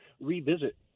revisit